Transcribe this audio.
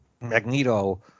Magneto